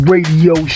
Radio